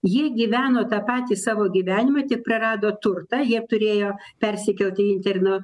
jie gyveno tą patį savo gyvenimą tik prarado turtą jie turėjo persikelti į interno